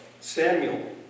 Samuel